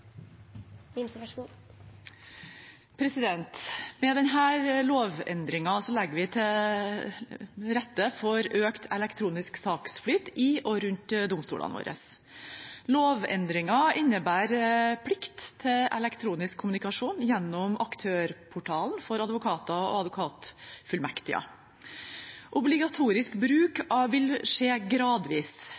Med denne lovendringen legger vi til rette for økt elektronisk saksflyt i og rundt domstolene våre. Lovendringen innebærer plikt til elektronisk kommunikasjon gjennom Aktørportalen for advokater og advokatfullmektiger. Obligatorisk bruk vil skje gradvis,